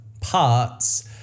parts